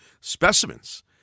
specimens